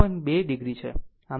2 ઓ છે